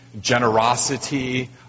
generosity